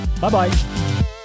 Bye-bye